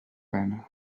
pena